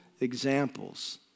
examples